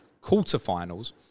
quarterfinals